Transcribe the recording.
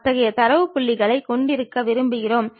இதைத்தான் இடது பக்க காட்சி என்று அழைக்கிறோம்